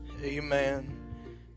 amen